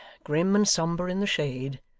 grim and sombre in the shade,